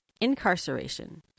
incarceration